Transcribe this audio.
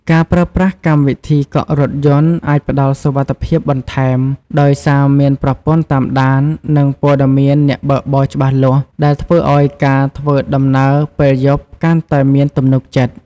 ការប្រើប្រាស់កម្មវិធីកក់រថយន្ត អាចផ្ដល់សុវត្ថិភាពបន្ថែម ដោយសារមានប្រព័ន្ធតាមដាន និងព័ត៌មានអ្នកបើកបរច្បាស់លាស់ ដែលធ្វើឱ្យការធ្វើដំណើរពេលយប់កាន់តែមានទំនុកចិត្ត។